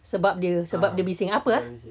sebab dia sebab dia bising apa ah